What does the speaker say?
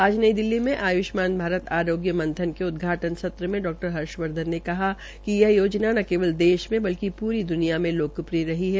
आज नई दिल्ली में आय्ष्मान भारत आरोग्य मंथन के उदघाटन सत्र के डा हर्षवर्धन ने कहा कि यह योजना न केवल देश में बल्कि पूरी द्वनिया में लोकप्रिय रही है